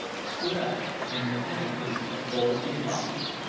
stood up in an attitude of bold defiance.